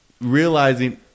realizing